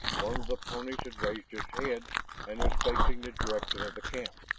one of the ponies had raised its head and was facing the direction of the camp,